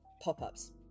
pop-ups